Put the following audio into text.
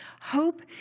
Hope